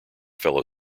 fellow